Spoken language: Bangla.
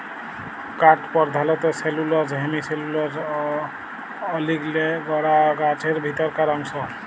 কাঠ পরধালত সেলুলস, হেমিসেলুলস অ লিগলিলে গড়া গাহাচের ভিতরকার অংশ